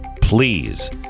please